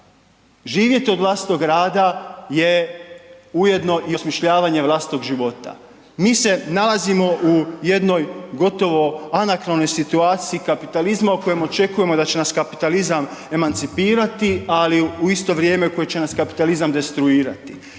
Živjeti od vlastitog rada je ujedno i osmišljavanje vlastitog života. Mi se nalazimo u jednoj gotovo anakronoj situaciji kapitalizma u kojemu očekujemo da će nas kapitalizam emancipirati ali u isto vrijeme u kojem će nas kapitalizam destruirati.